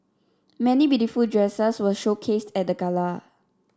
many beautiful dresses were showcased at the gala